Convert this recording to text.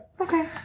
Okay